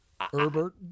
Herbert